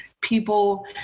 people